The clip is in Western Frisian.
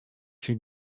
syn